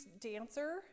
dancer